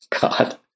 God